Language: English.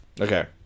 Okay